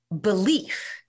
belief